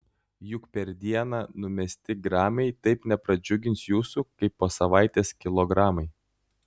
juk per dieną numesti gramai taip nepradžiugins jūsų kaip po savaitės kilogramai